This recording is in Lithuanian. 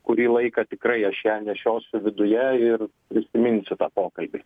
kurį laiką tikrai aš ją nešiosiu viduje ir prisiminsiu tą pokalbį